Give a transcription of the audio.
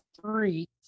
three